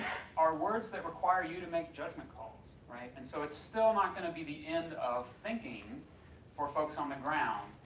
words that require you to make judgment calls, right. and so it's still not going to be the end of thinking for folks on the ground,